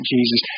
Jesus